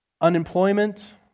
Unemployment